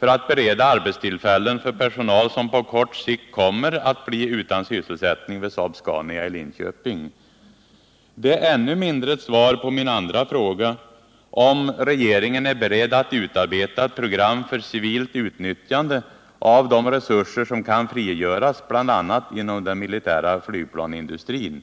för att bereda arbetstillfällen för den — Nr 45 personal som på kort sikt kommer att bli utan sysselsättning vid Saab-Scania i Fredagen den Linköping. Det är ännu mindre ett svar på min fråga, om regeringen är beredd 1 december 1978 att utarbeta ett program för civilt utnyttjande av de resurser som kan frigöras bl.a. inom den militära flygplansindustrin.